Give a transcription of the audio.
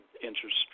interest